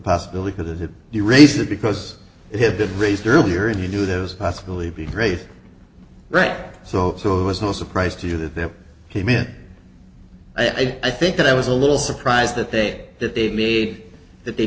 possibility that if you raise that because it had been raised earlier and you knew those possibly be great right so it was no surprise to you that they came in i think that i was a little surprised that they that they made that they